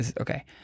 Okay